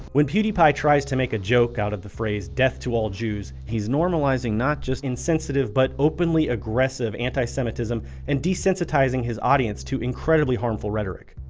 when pewdiepie tries to make a joke out of the phrase death to all jews he's normalizing not just insensitive, but openly aggressive anti-semitism and desensitizing his audience to incredibly harmful rhetoric.